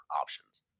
options